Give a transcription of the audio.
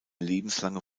lebenslange